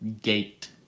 gate